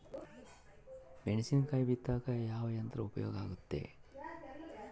ಮೆಣಸಿನಕಾಯಿ ಬಿತ್ತಾಕ ಯಾವ ಯಂತ್ರ ಉಪಯೋಗವಾಗುತ್ತೆ?